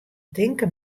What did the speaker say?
tinke